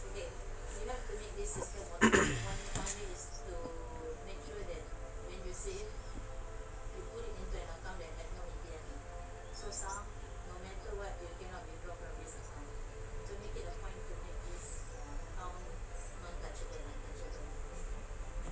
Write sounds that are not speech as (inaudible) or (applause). (coughs)